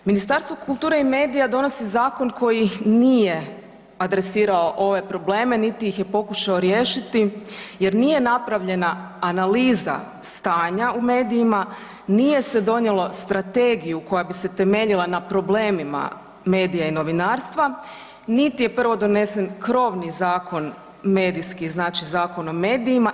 Ministarstvo kulture i medija donosi zakon koji nije adresirao ove probleme niti ih je pokušao riješiti jer nije napravljena analiza stanja u medijima, nije se donijelo strategiju koja bi se temeljila na problemima medija i novinarstva, niti je prvo donesen krovni zakon medijski, znači Zakon o medijima.